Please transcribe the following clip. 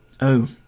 Oh